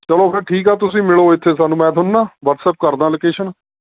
ਚਲੋ ਫਿਰ ਠੀਕ ਆ ਤੁਸੀਂ ਮਿਲੋ ਇੱਥੇ ਸਾਨੂੰ ਮੈਂ ਤੁਹਾਨੂੰ ਨਾ ਵਟਸਐਪ ਕਰਦਾ ਹਾਂ ਲੋਕੇਸ਼ਨ